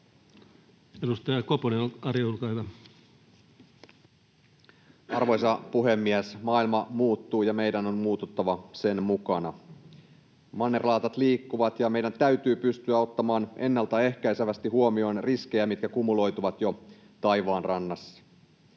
Arvoisa puhemies! Maailma muuttuu, ja meidän on muututtava sen mukana. Mannerlaatat liikkuvat, ja meidän täytyy pystyä ottamaan ennaltaehkäisevästi huomioon riskejä, mitkä kumuloituvat jo taivaanrannassa.